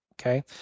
Okay